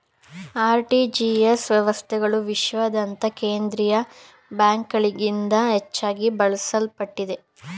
RTGS ವ್ಯವಸ್ಥೆಗಳು ವಿಶ್ವಾದ್ಯಂತ ಕೇಂದ್ರೀಯ ಬ್ಯಾಂಕ್ಗಳಿಂದ ಹೆಚ್ಚಾಗಿ ಬಳಸಲ್ಪಡುತ್ತವೆ